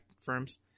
firms